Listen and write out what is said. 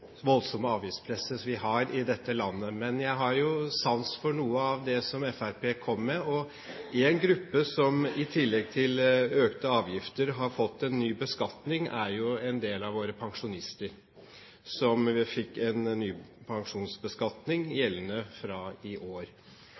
voldsomme avgiftspresset som vi har i dette landet. Men jeg har jo sans for noe av det som Fremskrittspartiet kom med. En gruppe som i tillegg til økte avgifter har fått en ny beskatning, er en del av våre pensjonister, som fikk en ny pensjonsbeskatning gjeldende fra i år.